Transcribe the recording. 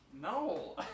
no